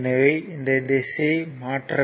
எனவே இந்த திசையை மாற்ற வேண்டும்